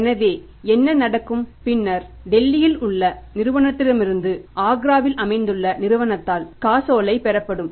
எனவே என்ன நடக்கும் பின்னர் டெல்லியில் உள்ள நிறுவனத்திடமிருந்து ஆக்ராவில் அமைந்துள்ள நிறுவனத்தால் காசோலை பெறப்படும்